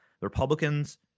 Republicans